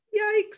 Yikes